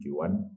Q1